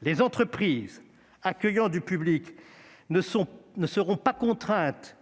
Les entreprises accueillant du public ne seront pas contraintes